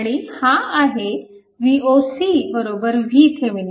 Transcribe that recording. आणि हा आहे Voc VThevenin